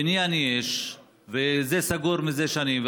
בניין יש, וזה סגור זה שנים.